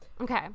okay